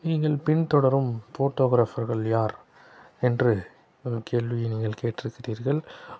நீங்கள் பின்தொடரும் ஃபோட்டோகிராஃபர்கள் யார் என்று கேள்வியை நீங்கள் கேட்டிருக்குறீர்கள்